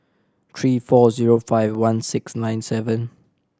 three four zero five one six nine seven